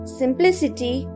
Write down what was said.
simplicity